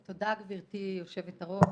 תודה, גברתי יושבת-הראש.